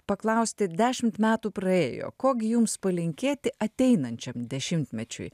paklausti dešimt metų praėjo ko gi jums palinkėti ateinančiam dešimtmečiui